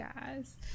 guys